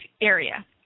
area